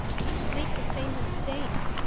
don't make the same mistake!